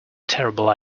terrible